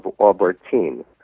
Albertine